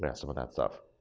and some of that stuff.